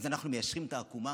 אז אנחנו מיישרים את העקומה?